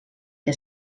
que